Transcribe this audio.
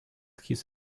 his